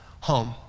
home